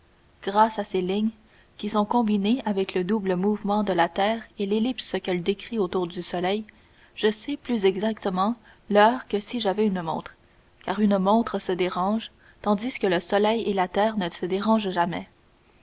grâce à ces lignes qui sont combinées avec le double mouvement de la terre et l'ellipse qu'elle décrit autour du soleil je sais plus exactement l'heure que si j'avais une montre car une montre se dérange tandis que le soleil et la terre ne se dérangent jamais